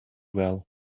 well